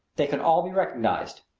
they can all be recognized.